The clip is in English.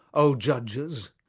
o judges,